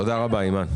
תודה רבה, אימאן.